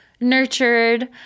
nurtured